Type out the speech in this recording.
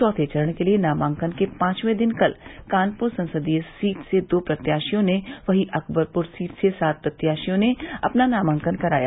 चौथे चरण के लिये नामांकन के पांचवें दिन कल कानपुर संसदीय सीट से दो प्रत्याशियों ने वहीं अकबरपुर सीट से सात प्रत्याशियों ने अपना नामांकन कराया